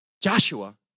Joshua